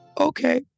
Okay